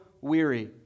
weary